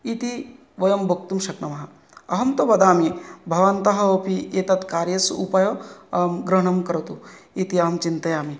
इति वयं वक्तुं शक्नुमः अहं तु वदामि भवन्तः अपि एतत्कार्यस्य उपयोगः ग्रहणं करोतु इति अहं चिन्तयामि